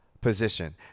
position